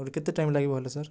ଆହୁରି କେତେ ଟାଇମ୍ ଲାଗିବ ହେଲେ ସାର୍